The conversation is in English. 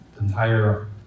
entire